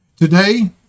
Today